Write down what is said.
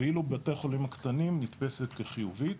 ואילו בתי החולים הקטנים נתפסת כחיובית.